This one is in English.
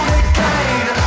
again